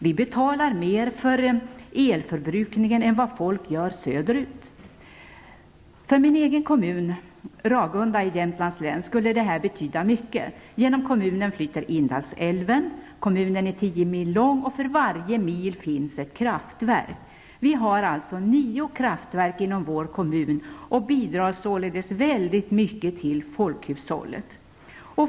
Vi betalar mer för elförbrukningen än vad folk gör söderut. För min hemkommun, Ragunda i Jämtlands län, skulle det här betyda mycket. Genom kommunen flyter Indalsälven. Kommunen är tio mil lång. För varje mil finns det ett kraftverk. Vi har alltså nio kraftverk inom vår kommun och bidrar således väldigt mycket till folkhushållet.